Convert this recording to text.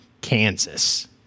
Kansas